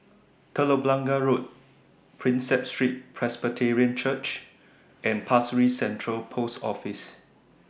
Telok Blangah Road Prinsep Street Presbyterian Church and Pasir Ris Central Post Office